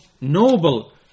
noble